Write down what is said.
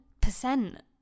percent